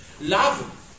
love